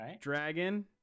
dragon